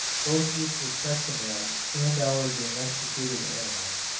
both with respect to man and our domesticated animals.